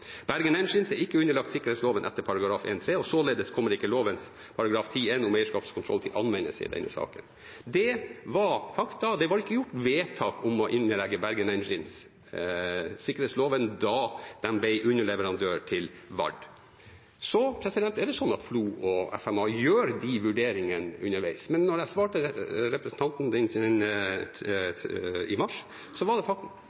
Bergen Engines AS er ikke underlagt sikkerhetsloven etter lovens § 1-3 og således kommer ikke lovens § 10-1 om eierskapskontroll til anvendelse i denne saken.» Det var fakta, og det var ikke gjort vedtak om å underlegge Bergen Engines sikkerhetsloven da de ble underleverandør til VARD. Så er det sånn at FLO og FMA gjør de vurderingene underveis, men da jeg svarte representanten i mars, var ikke vedtaket gjort. Det var ikke sett som nødvendig å gjøre det